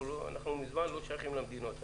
אנחנו מזמן לא שייכים למדינות האלה.